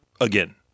again